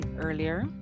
Earlier